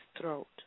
throat